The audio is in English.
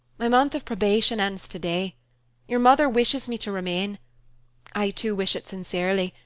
my month of probation ends today your mother wishes me to remain i, too, wish it sincerely,